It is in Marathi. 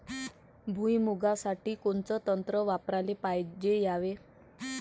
भुइमुगा साठी कोनचं तंत्र वापराले पायजे यावे?